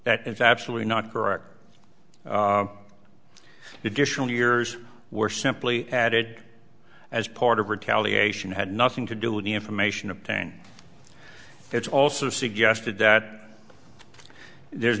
that is absolutely not correct additional years were simply added as part of retaliation had nothing to do with the information obtained it's also suggested that there's